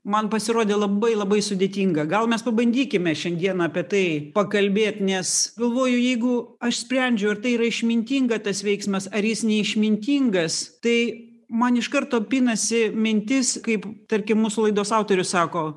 man pasirodė labai labai sudėtinga gal mes pabandykime šiandien apie tai pakalbėt nes galvoju jeigu aš sprendžiu ar tai yra išmintinga tas veiksmas ar jis neišmintingas tai man iš karto pinasi mintis kaip tarkim mūsų laidos autorius sako